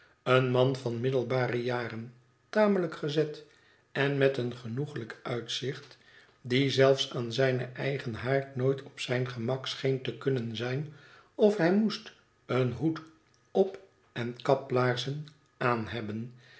een man van middelbare jaren tamelijk gezet en met een genoeglijk uitzicht die zelfs aan zijn eigen haard nooit op zijn gemak scheen te kunnen zijn of hij moest een hoed op en kaplaarzen aanhebben